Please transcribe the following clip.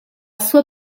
sua